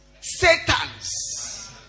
satans